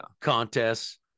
contests